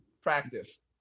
Practice